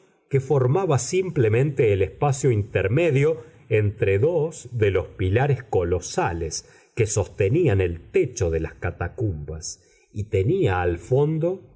que formaba simplemente el espacio intermedio entre dos de los pilares colosales que sostenían el techo de las catacumbas y tenía al fondo